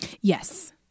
Yes